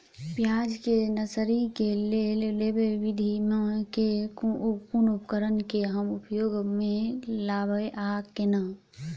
प्याज केँ नर्सरी केँ लेल लेव विधि म केँ कुन उपकरण केँ हम उपयोग म लाब आ केना?